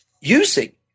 using